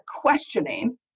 questioning